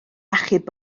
achub